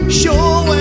sure